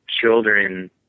children